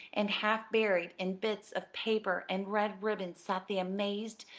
and half-buried in bits of paper and red ribbon sat the amazed,